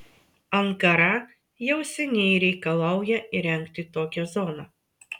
ankara jau seniai reikalauja įrengti tokią zoną